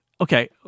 okay